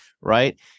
right